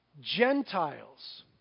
Gentiles